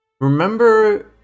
Remember